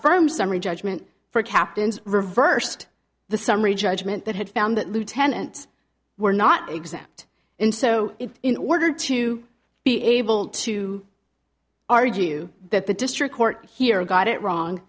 firm summary judgment for captains reversed the summary judgment that had found that lieutenant were not exempt and so in order to be able to argue that the district court here got it wrong